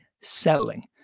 selling